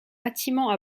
bâtiment